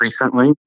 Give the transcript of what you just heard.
recently